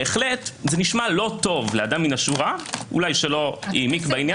בהחלט נשמע לא טוב לאדם מהשורה אולי שלא העמיק בעניין.